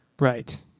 Right